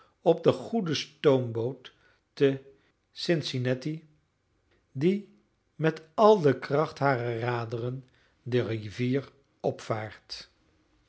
op de goede stoomboot te cincinnatie die met al de kracht harer raderen de rivier opvaart